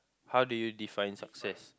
how do you define success